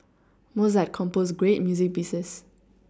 Mozart composed great music pieces